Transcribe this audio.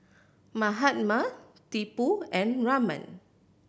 Mahatma Tipu and Raman